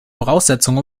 voraussetzung